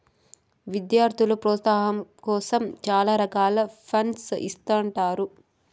విద్యార్థుల ప్రోత్సాహాం కోసం చాలా రకాల ఫండ్స్ ఇత్తుంటారు